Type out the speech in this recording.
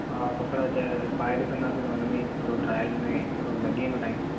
हा कपिड़ा छाहे पाए ॾिसंदासीं त हुन में थोरो ट्राइल में थोरो लॻी वेंदो टाइम